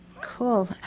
Cool